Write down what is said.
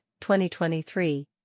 2023